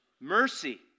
mercy